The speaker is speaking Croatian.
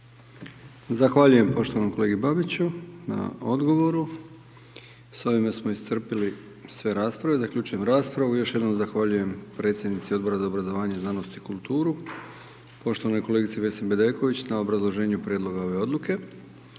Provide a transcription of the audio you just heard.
Zahvaljujem poštovanom kolegi Babiću na odgovoru. Sa ovime smo iscrpili sve rasprave. Zaključujem raspravu. Još jednom zahvaljujem predsjednici Odbora za obrazovanje, znanost i kulturu, poštovanoj kolegici Vesni Bedeković na obrazloženju prijedloga ove odluke.